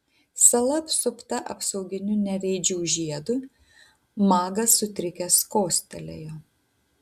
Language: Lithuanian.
sala apsupta apsauginiu nereidžių žiedu magas sutrikęs kostelėjo